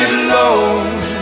alone